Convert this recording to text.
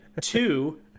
two